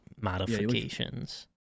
modifications